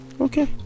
okay